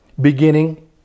beginning